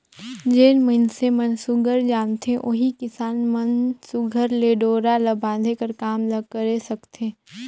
जेन मइनसे मन सुग्घर जानथे ओही किसान मन सुघर ले डोरा ल बांधे कर काम ल करे सकथे